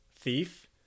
thief